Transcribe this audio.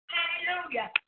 Hallelujah